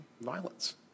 violence